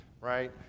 right